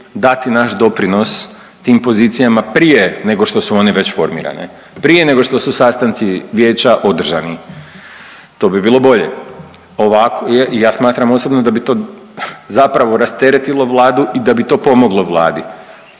dati naš doprinos tim pozicijama prije nego što su one već formirane, prije nego što su sastanci Vijeća održani. To bi bilo bolje. Ovako, ja smatram osobno da bi to zapravo rasteretilo Vladu i da bi to pomoglo Vladi,